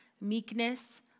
Meekness